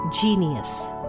genius